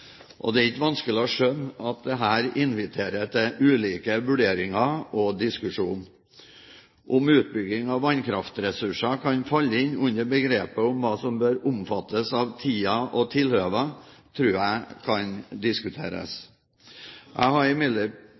tolkning. Det er ikke vanskelig å skjønne at dette inviterer til ulike vurderinger og diskusjon. Om utbygging av vannkraftressurser kan falle inn under begrepet om hva som bør omfattes av «tida og tilhøva», tror jeg kan diskuteres. Jeg har